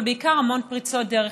אבל בעיקר המון פריצות דרך.